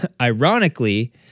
ironically